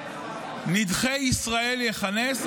נדחי ישראל יכנס.